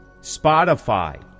Spotify